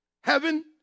heaven